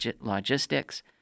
logistics